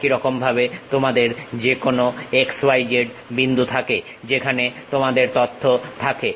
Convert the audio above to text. একই রকম ভাবে তোমাদের যেকোনো x y z বিন্দু থাকে যেখানে তোমাদের তথ্য থাকে